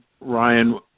Ryan